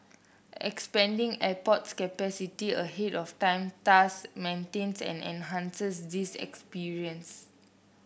expanding airport capacity ahead of time thus maintains and enhances this experience